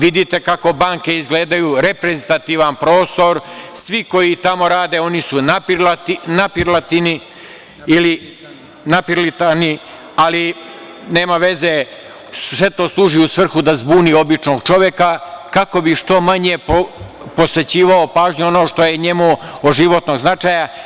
Vidite kako banke izgledaju reprezentativan prostor, svi koji tamo rade oni su napirlitani, ali nema veze, sve to služi u svrhu da zbuni običnog čoveka kako bi što manje posećivao pažnju onome što je njemu od životnog značaja.